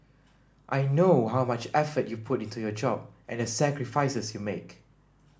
I know how much effort you put into your job and the sacrifices you make